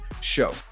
show